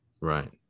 Right